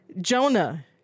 Jonah